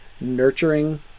nurturing